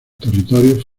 territorios